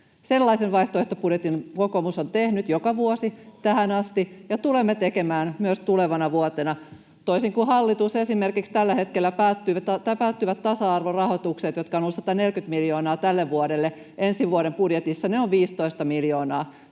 Sellaisen vaihtoehtobudjetin kokoomus on tehnyt joka vuosi tähän asti, ja tulemme tekemään myös tulevana vuotena. Toisin kuin hallitus: esimerkiksi tällä hetkellä päättyvät tasa-arvorahoitukset, jotka ovat olleet 140 miljoonaa tälle vuodelle, ensi vuoden budjetissa ovat 15 miljoonaa.